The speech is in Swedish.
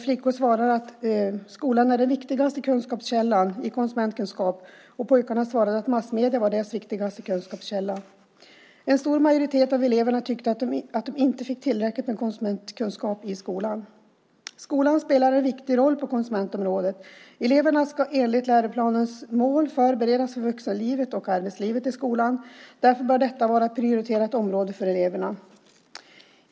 Flickorna svarade att skolan var den viktigaste kunskapskällan för konsumentkunskap, medan pojkarna svarade att massmedierna var deras viktigaste kunskapskälla. En stor majoritet av eleverna tyckte att de inte fick tillräckligt med konsumentkunskap i skolan. Skolan spelar en viktig roll på konsumentområdet. Eleverna ska enligt läroplanens mål i skolan förberedas för vuxenlivet och arbetslivet. Därför bör detta vara ett prioriterat område för eleverna.